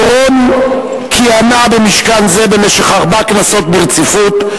דורון כיהנה במשכן זה במשך ארבע כנסות ברציפות,